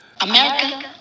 America